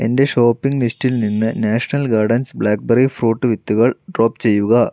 എന്റെ ഷോപ്പിംഗ് ലിസ്റ്റിൽ നിന്ന് national gardens blackberry fruit വിത്തുകൾ ഡ്രോപ്പ് ചെയ്യുക